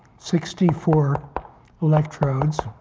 sixty four electrodes.